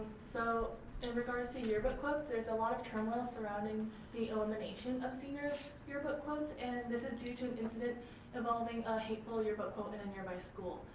so in regards to yearbook quotes, there's a lot of turmoil surrounding the elimination of senior yearbook quotes and this is due to an incident involving a hateful yearbook quote in a nearby school.